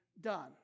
done